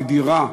נדירה,